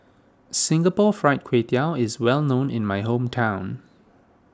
Singapore Fried Kway Tiao is well known in my hometown